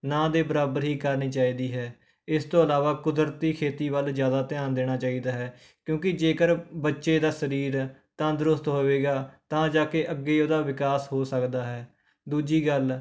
ਨਾ ਦੇ ਬਰਾਬਰ ਹੀ ਕਰਨੀ ਚਾਹੀਦੀ ਹੈ ਇਸ ਤੋਂ ਇਲਾਵਾ ਕੁਦਰਤੀ ਖੇਤੀ ਵੱਲ ਜ਼ਿਆਦਾ ਧਿਆਨ ਦੇਣਾ ਚਾਹੀਦਾ ਹੈ ਕਿਉਂਕਿ ਜੇਕਰ ਬੱਚੇ ਦਾ ਸਰੀਰ ਤੰਦਰੁਸਤ ਹੋਵੇਗਾ ਤਾਂ ਜਾ ਕੇ ਅੱਗੇ ਉਹਦਾ ਵਿਕਾਸ ਹੋ ਸਕਦਾ ਹੈ ਦੂਜੀ ਗੱਲ